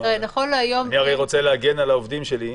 אני הרי רוצה להגן על העובדים שלי.